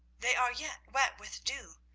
they are yet wet with dew.